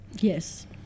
Yes